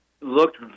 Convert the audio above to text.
looked